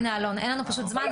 אין לנו פשוט זמן,